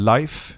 Life